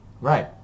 Right